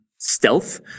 stealth